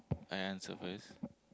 I answer first